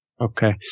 Okay